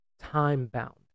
time-bound